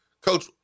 Coach